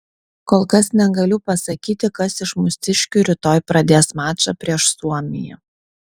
kol kas negaliu pasakyti kas iš mūsiškių rytoj pradės mačą prieš suomiją